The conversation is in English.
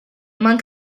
monk